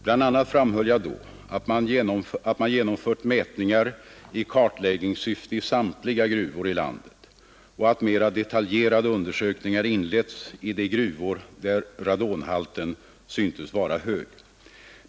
Bl.a. framhöll jag då att man genomfört mätningar i kartläggningssyfte i samtliga gruvor i landet och att mera detaljerade undersökningar inletts i de gruvor där radonhalten syntes vara högst.